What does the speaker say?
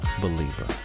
believer